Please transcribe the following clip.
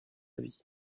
vie